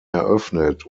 eröffnet